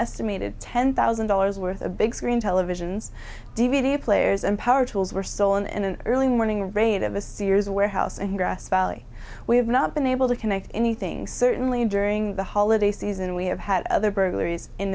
estimated ten thousand dollars worth a big screen televisions d v d players and power tools were solon in an early morning raid of a sears warehouse and grass valley we have not been able to connect anything certainly during the holiday season we have had other burglaries in